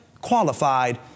qualified